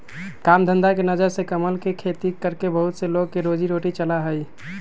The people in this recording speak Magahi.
काम धंधा के नजर से कमल के खेती करके बहुत से लोग के रोजी रोटी चला हई